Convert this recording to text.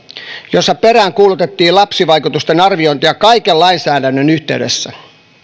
jossa peräänkuulutettiin lapsivaikutusten arviointia kaiken lainsäädännön yhteydessä